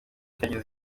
cyagiye